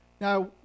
Now